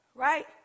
Right